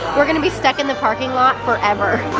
we're gonna be stuck in the parking lot forever.